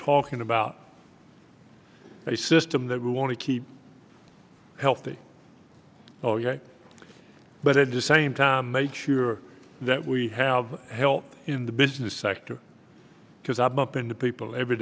talking about a system that we want to keep healthy oh yes but at the same time make sure that we have help in the business sector because i bump into people every